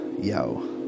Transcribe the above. yo